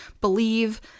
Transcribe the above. believe